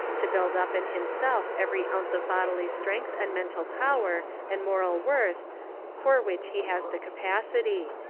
to build up in himself every ounce of bodily strength and mental power and moral worth for which he has the capacity.